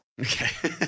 Okay